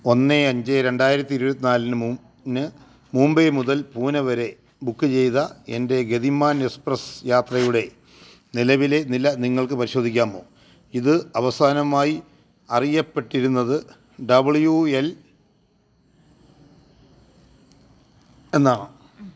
ഒന്ന് അഞ്ച് രണ്ടായിരത്തി ഇരുപത്തി നാലിന് മുന്ന് മുംബൈ മുതൽ പൂനെ വരെ ബുക്ക് ചെയ്ത എൻ്റെ ഗതിമാൻ എസ്പ്രസ് യാത്രയുടെ നിലവിലെ നില നിങ്ങൾക്ക് പരിശോധിക്കാമോ ഇത് അവസാനമായി അറിയപ്പെട്ടിരുന്നത് ഡബ്ല്യു എൽ എന്നാണോ